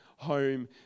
home